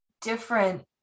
different